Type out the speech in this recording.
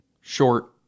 short